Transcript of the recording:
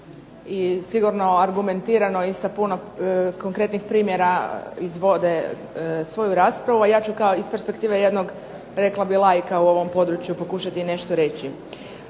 i sigurno argumentirano i sa puno konkretnih primjera izvode svoju raspravu, a ja ću kao iz perspektive jednog, rekla bih laika u ovom području, pokušati nešto reći.